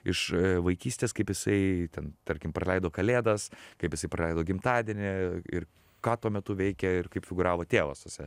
iš vaikystės kaip jisai ten tarkim praleido kalėdas kaip jisai praleido gimtadienį ir ką tuo metu veikė ir kaip figūravo tėvas tose